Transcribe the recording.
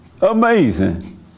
Amazing